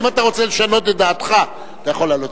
אם אתה רוצה לשנות את דעתך אתה יכול לעלות.